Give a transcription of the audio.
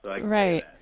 Right